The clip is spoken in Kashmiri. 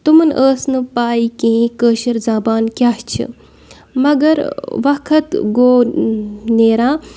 تِمَن ٲس نہٕ پاے کِہیٖنۍ کٲشِر زَبان کیٛاہ چھِ مگر وَقت گوٚو نیران